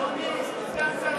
אדוני סגן שר האוצר,